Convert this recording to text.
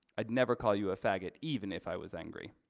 i'd never call you a faggot. even if i was angry.